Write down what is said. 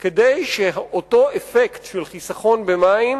כדי שאותו אפקט של חיסכון במים